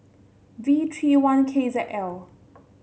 V three one K Z L